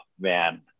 man